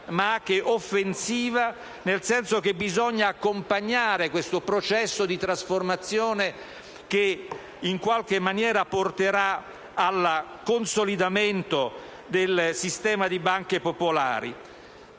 ma anche offensiva, nel senso che bisogna accompagnare questo processo di trasformazione che in qualche maniera porterà al consolidamento del sistema delle banche popolari.